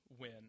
win